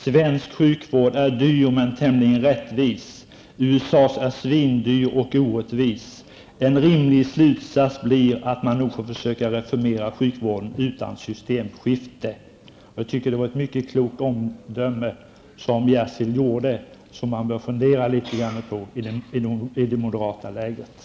Svensk sjukvård är dyr men tämligen rättvis. USAs är svindyr och orättvis. En rimlig slutsats blir att man nog får försöka reformera sjukvården utan systemskifte. P C Jersilds omdöme var mycket klokt, och det bör man fundera litet på i det moderata lägret.